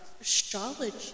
astrology